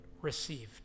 received